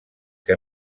que